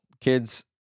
kids